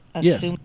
Yes